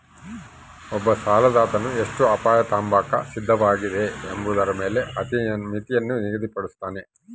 ಒಬ್ಬ ಸಾಲದಾತನು ಎಷ್ಟು ಅಪಾಯ ತಾಂಬಾಕ ಸಿದ್ಧವಾಗಿದೆ ಎಂಬುದರ ಮೇಲೆ ಮಿತಿಯನ್ನು ನಿಗದಿಪಡುಸ್ತನ